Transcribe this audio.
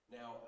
Now